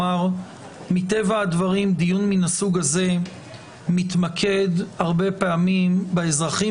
מטבע הדברים דיון מסוג זה מתמקד הרבה פעמים באזרחים